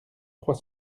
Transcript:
trois